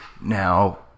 now